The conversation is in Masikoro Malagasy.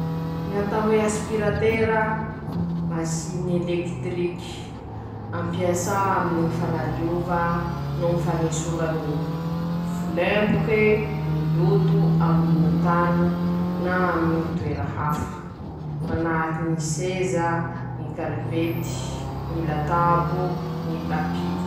Ñ'atao hoe masi ny fanasam-pinga: -Manasa ñy fing'eñy i,aminy ñy pilasin-teña,i ro manasa ñazy, mañamaiky ñazy ro mañodiky azy; manahaky anizao ñy fiasany: ampilirin-teña ao fing'eñy, bakeo amizay asian-teña savony, lafa vit'eñe, añiliña rano mafana, rano mafan'eñy mañampy any masiny iñy aminy ñy fangala menaky.